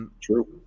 True